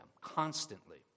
constantly